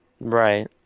Right